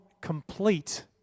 complete